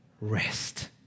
rest